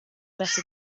better